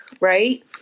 right